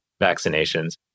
vaccinations